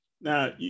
Now